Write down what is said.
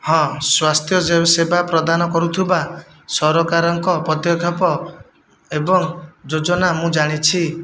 ହଁ ସ୍ଵାସ୍ଥ୍ୟ ସେବା ପ୍ରଦାନ କରୁଥିବା ସରକାରଙ୍କ ପଦକ୍ଷେପ ଏବଂ ଯୋଜନା ମୁଁ ଜାଣିଛି